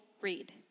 read